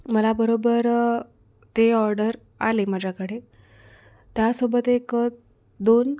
मला बरोबर ते ऑर्डर आले माझ्याकडे त्या सोबत एक दोन